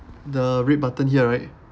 the red button here right